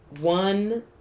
one